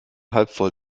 halbvoll